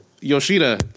Yoshida